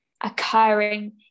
occurring